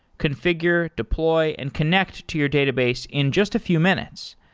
confi gure, deploy and connect to your database in just a few minutes.